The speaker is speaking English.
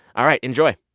all right. enjoy